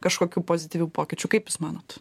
kažkokių pozityvių pokyčių kaip jūs manot